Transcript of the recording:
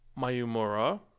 Mayumura